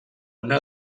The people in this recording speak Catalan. una